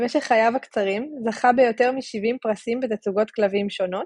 במשך חייו הקצרים זכה ביותר מ-70 פרסים בתצוגות כלבים שונות,